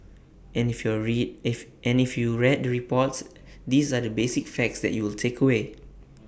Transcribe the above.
and if your read if any if you read the reports these are the basic facts that you will take away